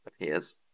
appears